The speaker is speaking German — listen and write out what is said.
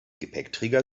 gepäckträger